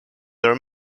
their